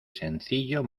sencillo